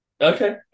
Okay